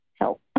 Help